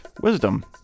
wisdom